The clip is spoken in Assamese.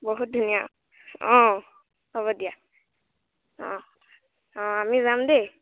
বহুত ধুনীয়া অঁ হ'ব দিয়া অঁ অঁ আমি যাম দেই